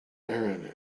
aaron